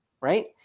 right